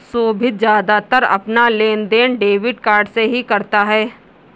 सोभित ज्यादातर अपना लेनदेन डेबिट कार्ड से ही करता है